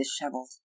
disheveled